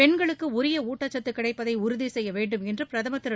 பெண்களுக்கு உரிய ஊட்டச்சத்து கிடைப்பதை உறுதி செய்ய வேண்டும் என்று பிரதமர் திரு